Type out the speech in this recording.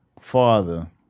father